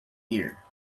ear